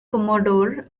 commodore